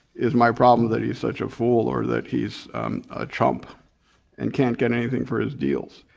is my problem that he's such a fool or that he's a chump and can't get anything for his deals.